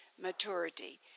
maturity